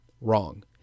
Wrong